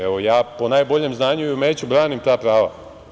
Evo, ja po najboljem znanju i umeću branim ta prava.